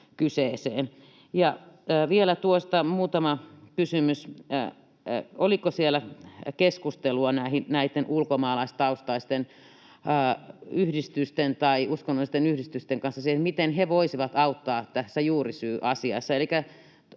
Vielä muutama kysymys: Oliko siellä keskustelua näitten ulkomaalaistaustaisten yhdistysten tai uskonnollisten yhdistysten kanssa siitä, miten he voisivat auttaa tässä juurisyyasiassa?